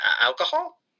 alcohol